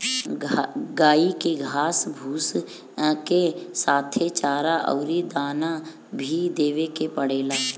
गाई के घास भूसा के साथे चारा अउरी दाना भी देवे के पड़ेला